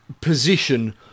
position